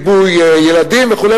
ריבוי ילדים וכו'.